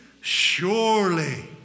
surely